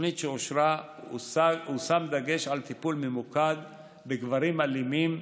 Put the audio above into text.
בתוכנית שאושרה הושם דגש על טיפול ממוקד בגברים אלימים,